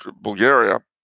Bulgaria